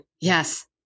Yes